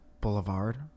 Boulevard